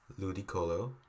Ludicolo